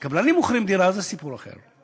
כשקבלנים מוכרים דירה זה סיפור אחר.